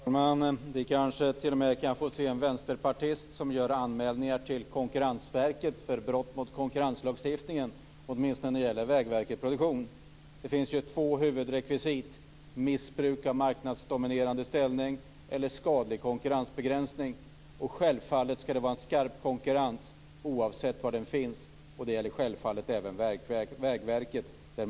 Fru talman! Vi kanske t.o.m. kan få se en vänsterpartist göra anmälningar till Konkurrensverket om brott mot konkurrenslagstiftningen när det gäller Vägverkets produktion. Det finns två huvudrekvisit: missbruk av marknadsdominerande ställning och skadlig konkurrensbegränsning. Självfallet skall konkurrensen vara skarp, oavsett var den finns. Det gäller även Vägverket.